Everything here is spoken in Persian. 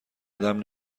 آدم